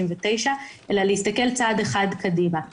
אני